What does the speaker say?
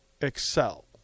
excel